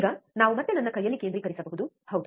ಈಗ ನಾವು ಮತ್ತೆ ನನ್ನ ಕೈಯಲ್ಲಿ ಕೇಂದ್ರೀಕರಿಸಬಹುದು ಹೌದು